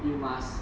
you must